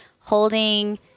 holding